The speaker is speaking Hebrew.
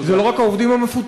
זה לא רק העובדים המפוטרים,